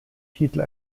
titel